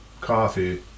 coffee